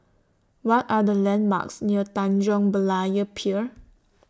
What Are The landmarks near Tanjong Berlayer Pier